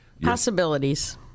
Possibilities